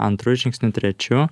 antru žingsniu trečiu